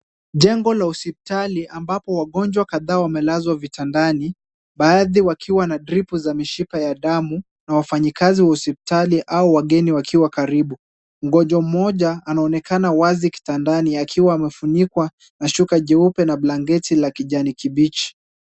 Jengo la hospitali ambapo wagonjwa kadhaa wamelazwa kitandani. Baadhi wakiwa na drip za mishipa ya damu, na wafanyikazi wa hospitali au wageni wakiwa karibu. Mgonjwa mmoja anaonekana wazi kitandani akiwa amefunikwa na shuka jeupe na blanketi la kijani kibichi.